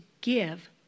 give